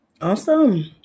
Awesome